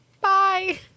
Bye